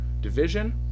division